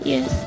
Yes